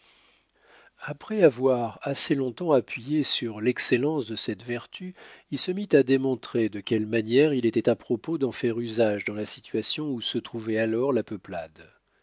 après avoir assez longtemps appuyé sur l'excellence de cette vertu il se mit à démontrer de quelle manière il était à propos d'en faire usage dans la situation où se trouvait alors la peuplade